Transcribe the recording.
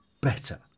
better